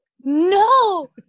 No